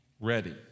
ready